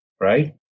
right